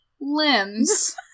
limbs